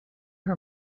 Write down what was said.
her